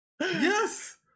Yes